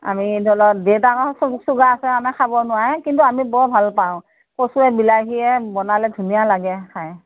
আমি ধৰি ল' দেউতাকৰ চুগাৰ আছে কাৰণে খাব নোৱাৰে কিন্তু আমি বৰ ভাল পাওঁ কচুৱে বিলাহীয়ে বনালে ধুনীয়া লাগে খাই